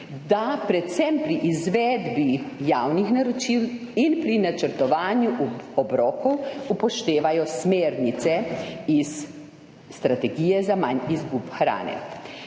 da predvsem pri izvedbi javnih naročil in pri načrtovanju obrokov upoštevajo smernice iz strategije za manj izgub hrane.